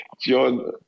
John